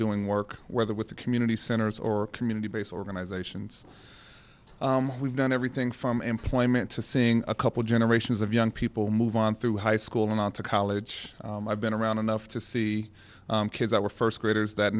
doing work whether with the community centers or community based organizations we've done everything from employment to seeing a couple generations of young people move on through high school going on to college i've been around enough to see kids that were first graders that